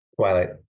Twilight